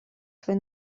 свое